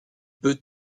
peut